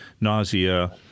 nausea